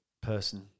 person